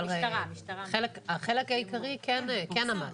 אבל החלק העיקרי כן עמד.